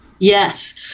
Yes